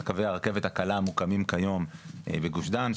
קווי הרכבת הקלה המוקמים כיום בגוש דן,